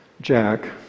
Jack